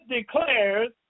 declares